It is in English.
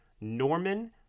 Norman